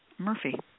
Murphy